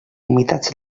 humitats